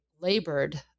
labored